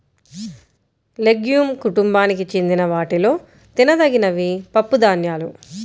legume కుటుంబానికి చెందిన వాటిలో తినదగినవి పప్పుధాన్యాలు